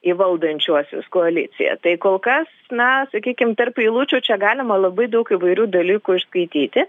į valdančiuosius koalicija tai kol kas na sakykim tarp eilučių čia galima labai daug įvairių dalykų išskaityti